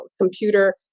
computer